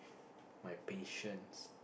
my patience